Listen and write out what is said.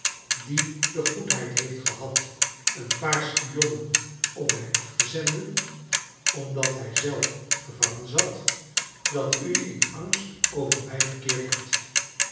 die de goedheid heeft gehad een paar spionnen op mij af te zenden omdat hij zelf gevangen zat dat u in angsfc over mij verkeerd hebt